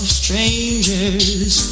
strangers